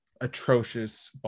atrocious